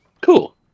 Cool